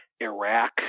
Iraq